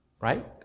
right